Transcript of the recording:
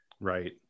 Right